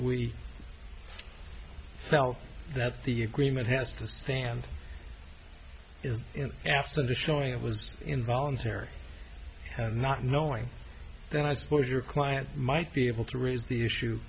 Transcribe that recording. we felt that the agreement has to stand as you know absent a showing it was involuntary and not knowing then i suppose your client might be able to raise the issue